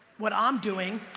what i'm doing,